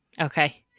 Okay